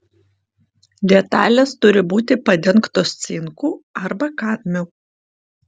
detalės turi būti padengtos cinku arba kadmiu